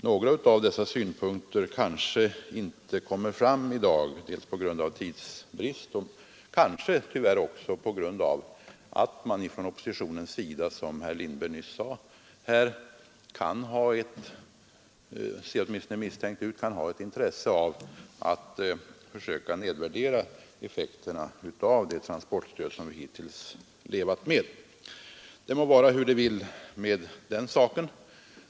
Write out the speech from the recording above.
Några av dessa synpunkter kanske inte kommer fram i dag, delvis på grund av tidsbrist men kanske också på grund av att man från oppositionen, som herr Lindberg nyss sade — det ser åtminstone misstänkt ut — kan ha ett intresse av att försöka nedvärdera effekterna av det transportstöd som vi hittills levat med. Det må vara hur det vill med den saken.